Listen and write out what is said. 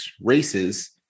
races